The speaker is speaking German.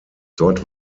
dort